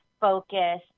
focus